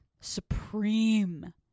supreme